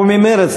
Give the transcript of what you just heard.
הוא ממרצ,